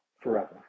forever